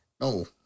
No